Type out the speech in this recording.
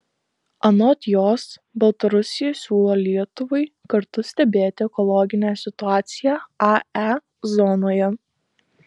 anot jos baltarusija siūlo lietuvai kartu stebėti ekologinę situaciją ae zonoje